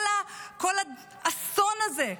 כל האסון הזה,